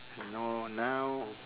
I know now